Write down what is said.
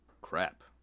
crap